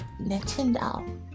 Nintendo